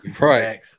Right